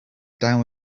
down